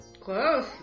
Close